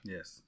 Yes